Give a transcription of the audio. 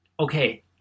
Okay